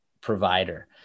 provider